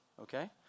Okay